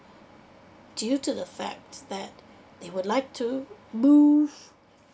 due to the fact that they would like to move